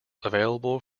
available